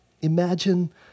Imagine